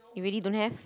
you really don't have